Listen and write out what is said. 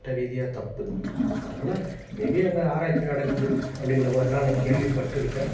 சட்டரீதியாக தப்பு அதனால் மேபி அங்கே ஆராய்ச்சி நடக்குது அப்படின்ற மாதிரிலாம் நான் கேள்விப்பட்டிருக்கேன்